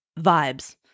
vibes